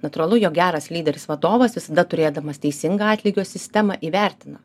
natūralu jog geras lyderis vadovas visada turėdamas teisingą atlygio sistemą įvertina